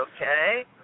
okay